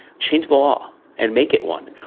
change the law and make it one,